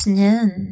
noon